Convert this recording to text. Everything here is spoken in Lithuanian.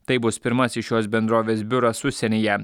tai bus pirmasis šios bendrovės biuras užsienyje